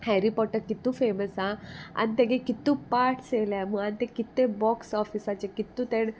Harry Potter कितू famous आहा आनी तेगे कितू पार्ट्स येयल्याय म्हूण आनी ते कितें बॉक्स ऑफिसाचे कितू तेणे